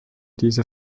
diese